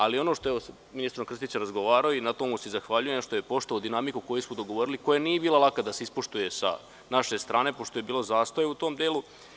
Ali, ono što sam sa ministrom Krstićem razgovarao, i na tome mu se zahvaljujem, što je poštovao dinamiku koju smo dogovorili, koja nije bila laka da se ispoštuje sa naše strane, pošto je bilo zastoja u tom delu.